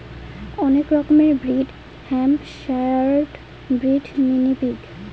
অনেক রকমের breed Hampshire breed, mini pig